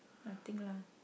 nothing lah